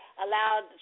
allowed